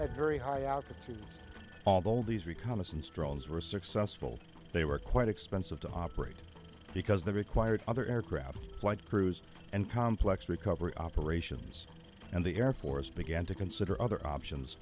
at very high altitude all the oldies reconnaissance drones were successful they were quite expensive to operate because they required other aircraft flight crews and complex recovery operations and the air force began to consider other options